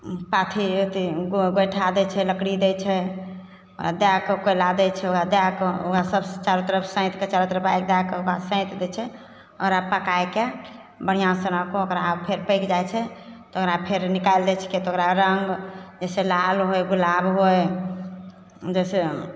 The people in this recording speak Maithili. ओ पाथी अथी गो गोइठा दै छै लकड़ी दै छै दए कऽ कोइला दै छै ओकरा दए कऽओकरा सब चारू तरफसँ सैंतके चारू तरफ आगि दएके चारुकात सैंत दै छै आओर अब पकाइके बढ़िआँ से ओना कऽ के ओकरा फेर पकि जाइत छै तऽ ओकरा फेर निकालि दै छिकै तऽ ओकरा रङ्ग जैसे लाल होइ गुलाब होइ जैसे